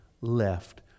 left